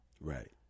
Right